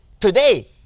today